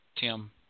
Tim